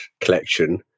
collection